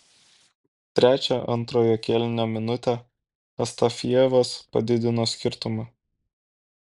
trečią antrojo kėlinio minutę astafjevas padidino skirtumą